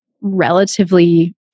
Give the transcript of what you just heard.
relatively